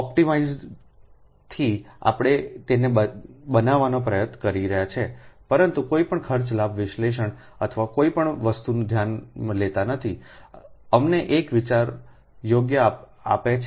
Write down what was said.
પ્ટિમાઇઝથી આપણે તેને બનાવવાનો પ્રયત્ન કરીશું પરંતુ કોઈપણ ખર્ચ લાભ વિશ્લેષણ અથવા કોઈપણ વસ્તુને ધ્યાનમાં લેતા નહીં અમને એક વિચાર યોગ્ય આપે છે